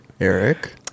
eric